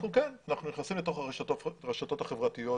אנחנו נכנסים לרשתות החברתיות.